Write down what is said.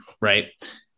Right